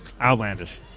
outlandish